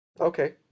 Okay